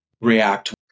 react